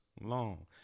long